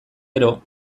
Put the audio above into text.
gero